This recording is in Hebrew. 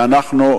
ואנחנו,